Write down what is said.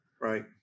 Right